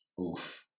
oof